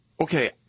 Okay